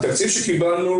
התקציב שקיבלנו,